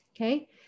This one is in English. Okay